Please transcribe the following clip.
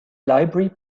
library